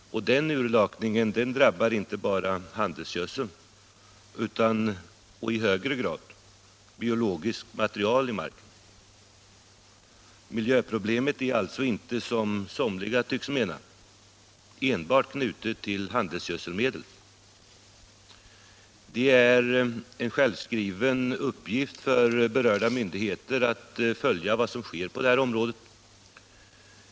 Den urlakningen drabbar inte bara handelsgödsel utan också — och i högre grad — biologiskt material i marken. Miljöproblemet är alltså inte, som somliga tycks mena, enbart knutet till handelsgödselmedel. Det är en självklar uppgift för berörda myndigheter att följa vad som sker på det här området.